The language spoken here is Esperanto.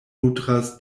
nutras